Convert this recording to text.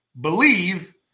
believe